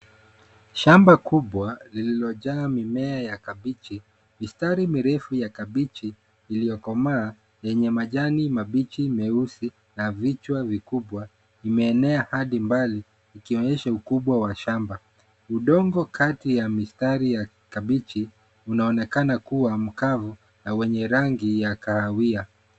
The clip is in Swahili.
Shamba kubwa lililojaa mimea ya kabichi. Mistari mirefu ya kabichi iliyokomaa yenye majani mabichi meusi na vichwa vikubwa, imeenea hadi mbali ikionyesha ukubwa wa shamba. Udongo kati ya mistari ya kabichi unaonekana kuwa mkavu na wenye rangi ya kahawia.